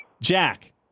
Jack